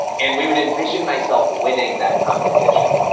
and we would envision myself winning that competition.